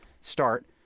start